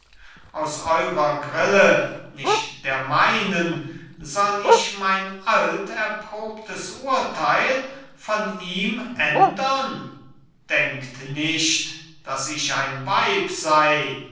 aus eurer grille nicht der meinen soll ich mein alt erprobtes urteil von ihm ändern denkt nicht daß ich ein weib sei